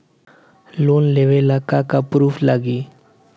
Loan लेबे ला का का पुरुफ लागि?